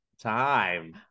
time